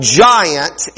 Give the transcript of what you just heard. giant